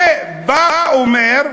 ובא ואומר: